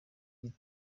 w’iki